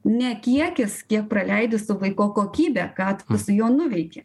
ne kiekis kiek praleidi su vaiku o kokybė ką tu su juo nuveiki